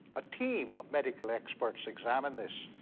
a team of medical experts examine this.